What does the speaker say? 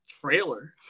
trailer